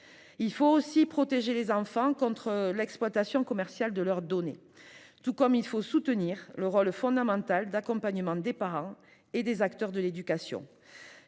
faut aussi protéger les enfants contre l'exploitation commerciale de leurs données. De même, nous devons soutenir le rôle fondamental d'accompagnement des parents et des acteurs de l'éducation.